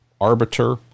arbiter